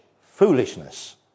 foolishness